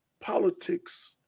politics